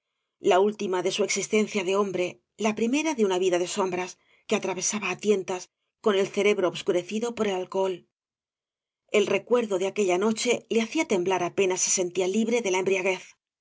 la última de su existencia de hombre la primera de una vida de sombras que atravesaba á tientan con el cerebro obscurecido por el alcohol el recuerdo de aquella noche le hacía temblar apenis sentía libre de la embriaguez